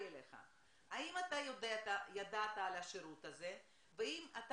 האם אתה ידעת על השירות הזה והאם אתה